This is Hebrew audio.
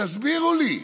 תסבירו לי.